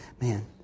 Man